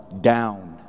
down